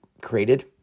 created